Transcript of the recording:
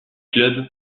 clubs